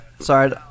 Sorry